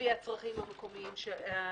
לפי הצרכים המקומיים של הצבא.